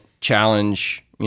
challenge